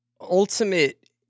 ultimate